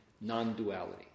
non-duality